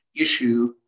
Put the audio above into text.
issue